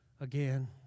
again